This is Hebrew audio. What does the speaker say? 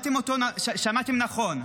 שמעתם נכון,